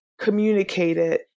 communicated